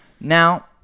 Now